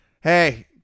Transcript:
Hey